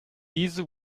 diese